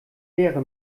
leere